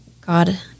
God